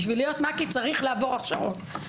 בשביל להיות מ"כית צריך לעבור הכשרות.